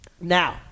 Now